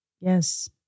Yes